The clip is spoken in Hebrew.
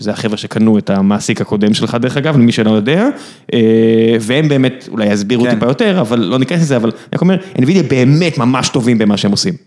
זה החבר'ה שקנו את המעסיק הקודם שלך דרך אגב, למי שלא יודע, והם באמת, אולי יסבירו טיפה יותר, אבל לא ניכנס לזה, אבל אני אומר, NVIDIA באמת ממש טובים במה שהם עושים.